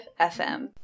FM